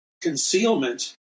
concealment